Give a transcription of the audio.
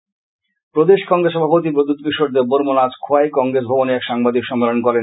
কংগ্রেস প্রদেশ কংগ্রেস সভাপতি প্রদ্যুৎ কিশোর দেববর্মন আজ খোয়াই কংগ্রেস ভবনে এক সাংবাদিক সম্মেলন করেন